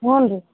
ಹ್ಞೂ ರೀ